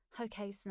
Okay